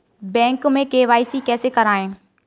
Bank में KYC कैसे करायें?